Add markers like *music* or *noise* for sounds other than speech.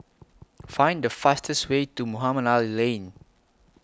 *noise* Find The fastest Way to Mohamed Ali Lane